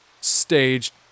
staged